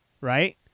right